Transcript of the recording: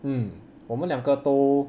mm 我们两个都